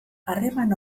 harreman